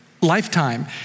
lifetime